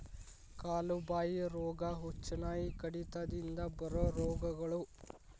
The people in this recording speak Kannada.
ಕಾಲು ಬಾಯಿ ರೋಗಾ, ಹುಚ್ಚುನಾಯಿ ಕಡಿತದಿಂದ ಬರು ರೋಗಗಳು